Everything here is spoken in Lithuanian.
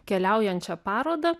keliaujančią parodą